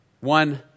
One